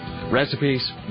Recipes